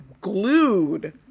glued